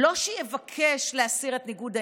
לא שיבקש להסיר את ניגוד העניינים,